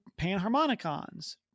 panharmonicons